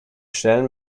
stellen